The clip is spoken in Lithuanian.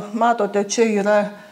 matote čia yra